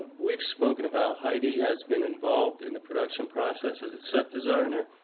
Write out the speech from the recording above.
we've spoken about heidi has been involved in the production process as a set designer.